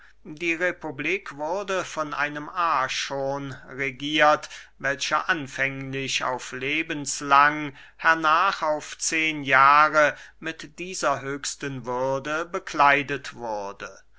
die republik wurde von einem archon regiert welcher anfänglich auf lebenslang hernach auf zehen jahre mit dieser höchsten würde bekleidet wurde